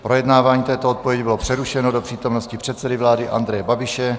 Projednávání této odpovědi bylo přerušeno do přítomnosti předsedy vlády Andreje Babiše.